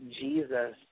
Jesus